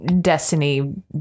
destiny